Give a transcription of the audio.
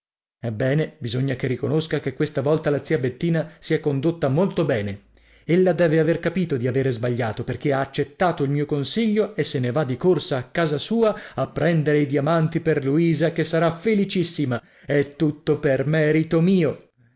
ebbene bisogna che riconosca che questa volta la zia bettina si è condotta molto bene ella deve aver capito di avere sbagliato perché ha accettato il mio consiglio e se ne va di corsa a casa sua a prendere i diamanti per luisa che sarà felicissima e tutto per merito mio